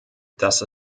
dass